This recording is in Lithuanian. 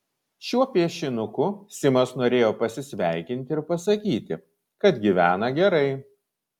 šiuo piešinuku simas norėjo pasisveikinti ir pasakyti kad gyvena gerai